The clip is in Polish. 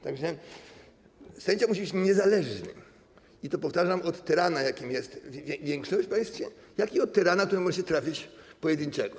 Tak że sędzia musi być niezależny, i to, powtarzam, od tyrana, jakim jest większość w państwie, jak i od tyrana, który może się trafić, pojedynczego.